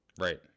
right